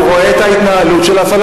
כי הוא רואה את ההתנהלות של הפלסטינים.